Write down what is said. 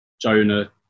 Jonah